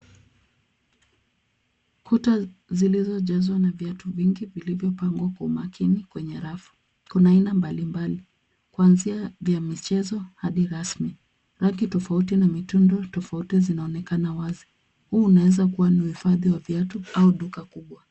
Kuta zilizojazwa na viatu vingi vilivyopangwa kwa umakini kwenye rafu. Kuna aina mbalimbali, kuanzia vya michezo hadi rasmi. Rangi tofauti na mitindo tofauti zinaonekana wazi. Huu unaweza kuwa ni uhifadhi wa viatu au duka kubwa.